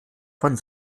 von